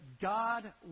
God